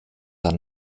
ein